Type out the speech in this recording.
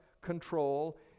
control